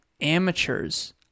Amateurs